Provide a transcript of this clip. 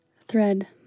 Thread